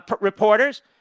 reporters